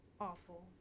Awful